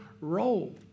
role